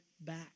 back